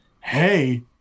hey